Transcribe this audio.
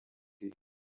gegend